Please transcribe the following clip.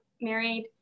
married